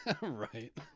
Right